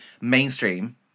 mainstream